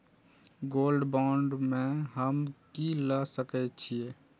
Gold bond में हम की ल सकै छियै?